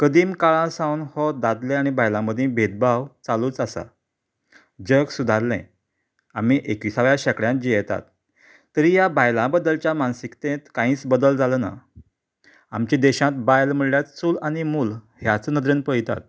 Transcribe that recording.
कदीम काळासावन हो दादल्या आनी बांयला मदी भेदभाव चालूच आसा जग सुदारले आमी एकवीसाव्या शेंकड्यांत जियेतात तरी ह्या बायलां बद्दच्या मानसीकतेंत कायीच बदल जालो ना आमच्या देशांत बायल म्हणल्यार चूल आनी मूल ह्याच नदरेन पयतात